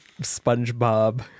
Spongebob